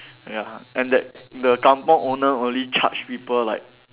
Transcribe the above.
ya and that the kampung owner only charge people like